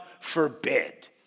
forbid